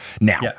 now